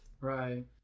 Right